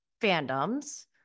fandoms